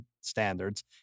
standards